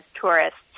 tourists